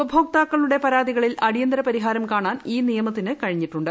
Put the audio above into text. ഉപഭോക്താക്കളുടെ പരാതികളിൽ അടിയന്തര പ്പരിഹാരം കാണാൻ ഈ നിയമത്തിന് കഴിഞ്ഞിട്ടുണ്ട്